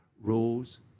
rules